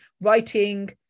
writing